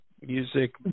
Music